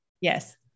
Yes